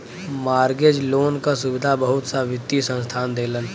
mortgage loan क सुविधा बहुत सा वित्तीय संस्थान देलन